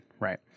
Right